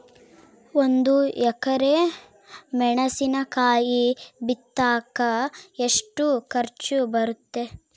ಒಂದು ಎಕರೆ ಮೆಣಸಿನಕಾಯಿ ಬಿತ್ತಾಕ ಎಷ್ಟು ಖರ್ಚು ಬರುತ್ತೆ?